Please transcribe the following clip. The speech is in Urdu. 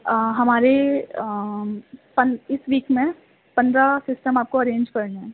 ہمارے سسٹم اس ویک میں پندرہ سسٹم آپ کو ارینج کرنے ہیں